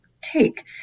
take